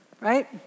Right